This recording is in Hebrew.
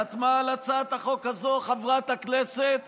חתמה על הצעת החוק הזאת חברת הכנסת